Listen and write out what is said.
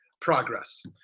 progress